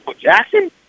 Jackson